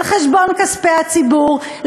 על חשבון כספי הציבור,